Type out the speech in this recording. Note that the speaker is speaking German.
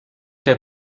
der